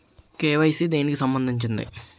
KYC దేనికి సంబందించింది?